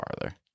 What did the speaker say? farther